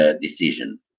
decision